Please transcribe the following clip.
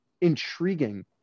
intriguing